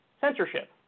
Censorship